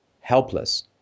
helpless